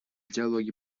диалоге